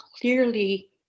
clearly